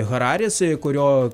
hararis kurio